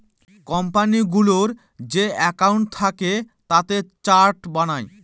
কোম্পানিগুলোর যে একাউন্ট থাকে তাতে চার্ট বানায়